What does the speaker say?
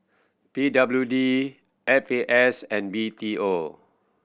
P W D F A S and B T O